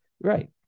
Right